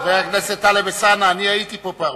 חבר הכנסת טלב אלסאנע, אני הייתי פה ב-1948.